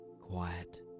quiet